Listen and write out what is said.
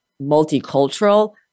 multicultural